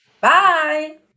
bye